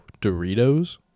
Doritos